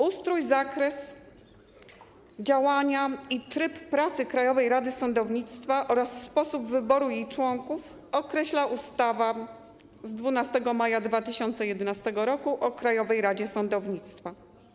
Ustrój, zakres, działania i tryb pracy Krajowej Rady Sądownictwa oraz sposób wyboru jej członków określa ustawa z 12 maja 2011 r. o Krajowej Radzie Sądownictwa.